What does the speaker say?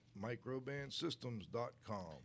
microbandsystems.com